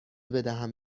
بدهم